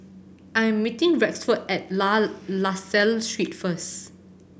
I am meeting Rexford at La La Salle Street first